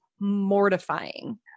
mortifying